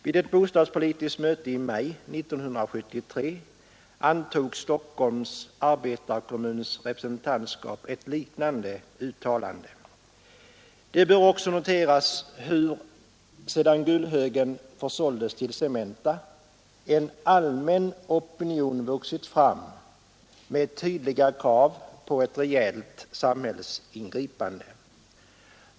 Vid ett bostadspolitiskt möte i maj 1973 antog Stockholms arbetarekommuns representantskap ett liknande uttalande. Det bör också noteras hur sedan Gullhögen försåldes till Cementa en allmän opinion vuxit fram med tydliga krav på ett rejält samhällsingripande.